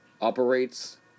operates